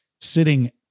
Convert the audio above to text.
sitting